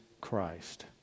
Christ